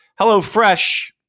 HelloFresh